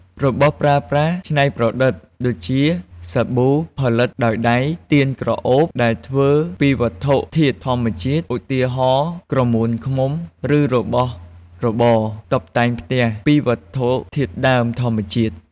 របស់ប្រើប្រាស់ច្នៃប្រឌិត ដូចជា សាប៊ូផលិតដោយដៃ ទៀនក្រអូបដែលធ្វើពីវត្ថុធាតុធម្មជាតិ ឧទាហរណ៍ ក្រមួនឃ្មុំ ឬរបស់របរតុបតែងផ្ទះពីវត្ថុធាតុដើមធម្មជាតិ។